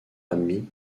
ami